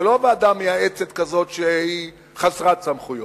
זה לא ועדה מייעצת כזאת שהיא חסרת סמכויות.